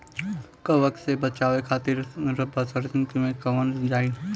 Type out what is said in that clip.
कवक से बचावे खातिन बरसीन मे का करल जाई?